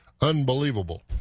unbelievable